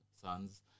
sons